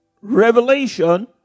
Revelation